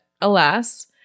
alas